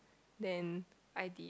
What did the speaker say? than I did